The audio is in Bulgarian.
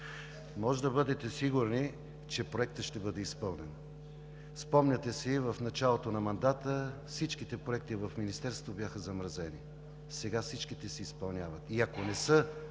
Може да бъдете сигурни, че Проектът ще бъде изпълнен. Спомняте си, в началото на мандата всички проекти в Министерството бяха замразени. Сега всички се изпълняват. И ако не са